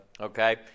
okay